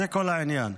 זה כל העניין.